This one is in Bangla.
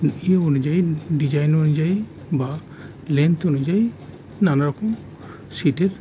ই অনুযায়ী ডিজাইন অনুযায়ী বা লেনথ অনুযায়ী নানারকম শিটের